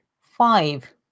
five